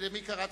למי קראתי?